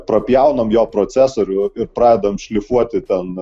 prapjauname jo procesorių ir pradedam šlifuoti ten